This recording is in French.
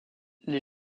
les